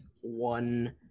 one